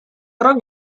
rok